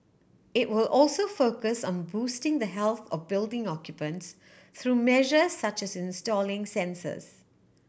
it will also focus on boosting the health of building occupants through measures such as installing sensors